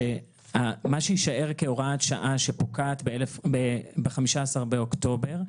שמה שיישאר כהוראת שעה שפוקעת ב-15 באוקטובר,